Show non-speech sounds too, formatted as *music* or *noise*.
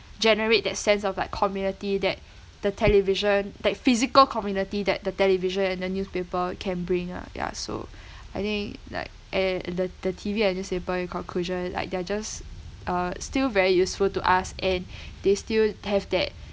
generate that sense of like community that *breath* the television that physical community that the television and the newspaper can bring lah ya so *breath* I think like and and the the T_V and newspaper in conclusion like they are just uh still very useful to us and *breath* they still have that